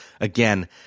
Again